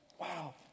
wow